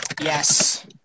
Yes